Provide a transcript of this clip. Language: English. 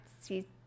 see